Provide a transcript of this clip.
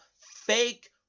fake